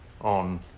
on